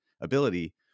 ability